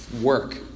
work